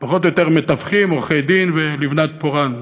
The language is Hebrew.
פחות או יותר, מתווכים, עורכי-דין ולבנת פורן.